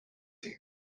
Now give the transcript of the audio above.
too